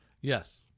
Yes